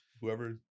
whoever